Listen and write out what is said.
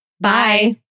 Bye